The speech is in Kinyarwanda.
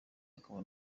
akaba